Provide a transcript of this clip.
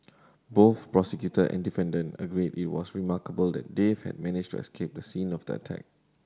both prosecutor and defendant agreed it was remarkable that Dave had managed to escape the scene of the attack